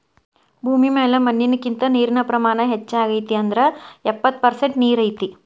ಭೂಮಿ ಮ್ಯಾಲ ಮಣ್ಣಿನಕಿಂತ ನೇರಿನ ಪ್ರಮಾಣಾನ ಹೆಚಗಿ ಐತಿ ಅಂದ್ರ ಎಪ್ಪತ್ತ ಪರಸೆಂಟ ನೇರ ಐತಿ